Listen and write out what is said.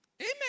Amen